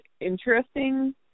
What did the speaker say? interesting